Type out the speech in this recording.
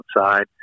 outside